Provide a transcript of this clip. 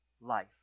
life